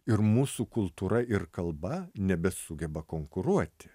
ir mūsų kultūra ir kalba nebesugeba konkuruoti